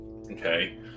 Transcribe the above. Okay